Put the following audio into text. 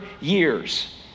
years